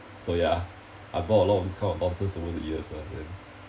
so ya I bought a lot of this kind of nonsense over the years uh then